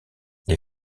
les